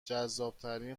جذابترین